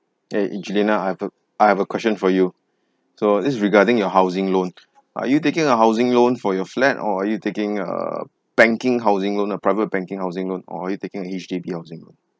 eh angelina I've a I have a question for you so this is regarding your housing loan are you taking a housing loan for your flat or are you taking a banking housing loan a private banking housing loan or are you taking a H_D_B housing loan